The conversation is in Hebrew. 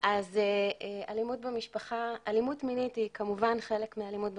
אז אלימות מינית היא כמובן חלק מאלימות במשפחה,